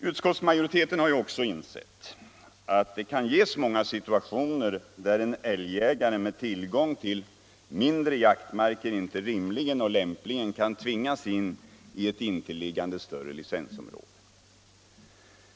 Utskottsmajoriteten har också insett att det kan ges många situationer där en älgjägare med tillgång till mindre jaktmarker inte rimligen och lämpligen kan tvingas in i ett intilliggande större licensområde.